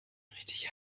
richtig